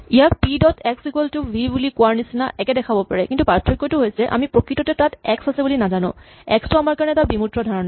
ইয়াক P dot X equal to V বুলি কোৱাৰ নিচিনা একে দেখাব পাৰে কিন্তু পাৰ্থক্যটো হৈছে আমি প্ৰকৃততে তাত এক্স আছে বুলি নাজানো এক্স টো আমাৰ কাৰণে এটা বিমূৰ্ত ধাৰণা